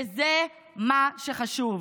וזה מה שחשוב.